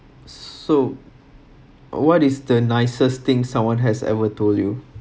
so what is the nicest thing someone has ever told you